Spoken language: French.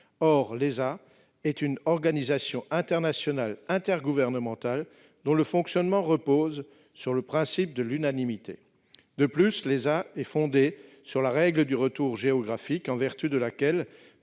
Or cette organisation internationale intergouvernementale repose sur le principe de l'unanimité. De plus, l'ESA est fondée sur la règle du retour géographique, en vertu de laquelle